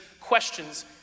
questions